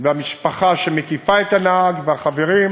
והמשפחה שמקיפה את הנהג, והחברים.